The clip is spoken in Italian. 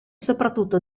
soprattutto